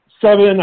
seven